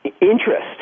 interest